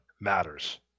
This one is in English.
matters